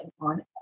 on